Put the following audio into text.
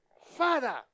Father